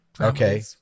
okay